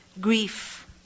grief